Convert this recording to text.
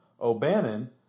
O'Bannon